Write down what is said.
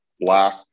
Black